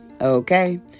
Okay